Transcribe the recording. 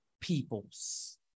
Peoples